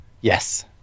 Yes